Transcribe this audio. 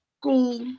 school